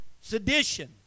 sedition